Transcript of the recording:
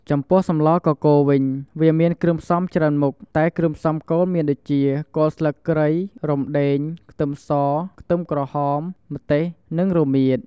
ចំពោះសម្លកកូរវិញ វាមានគ្រឿងផ្សំច្រើនមុខ តែគ្រឿងផ្សំគោលមានដូចជា គល់ស្លឹកគ្រៃ រំដេង ខ្ទឹមស ខ្ទឹមក្រហម ម្ទេស និងរមៀត។